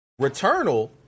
Returnal